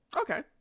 Okay